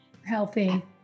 healthy